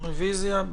רוויזיה.